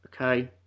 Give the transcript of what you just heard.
okay